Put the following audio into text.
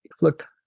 look